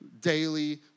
daily